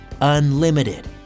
UNLIMITED